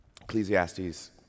Ecclesiastes